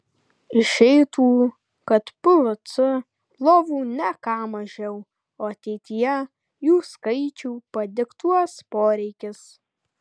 išeitų kad plc lovų ne ką mažiau o ateityje jų skaičių padiktuos poreikis